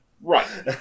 right